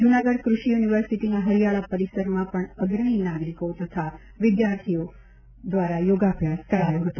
જૂનાગઢ કૃષિ યુનિવર્સિટીના હરિયાળા પરિસરમાં પણ અગ્રણી નાગરિકો તથા વિદ્યાર્થીઓ દ્વારા યોગાભ્યાસ કરાયો હતો